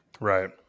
Right